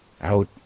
out